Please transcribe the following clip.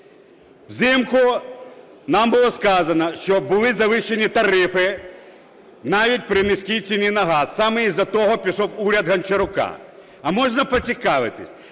Взимку нам було сказано, що були завищені тарифи навіть при низькій ціні на газ. Саме із-за того пішов уряд Гончарука. А можна поцікавитись,